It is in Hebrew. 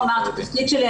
אני כבר אומר את התפקיד שלי,